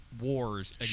wars